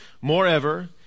Moreover